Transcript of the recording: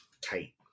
tight